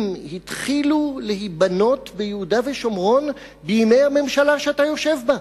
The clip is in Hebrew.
התחילו להיבנות ביהודה ושומרון בימי הממשלה שאתה יושב בה.